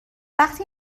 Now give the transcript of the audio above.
وقتی